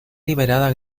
liberada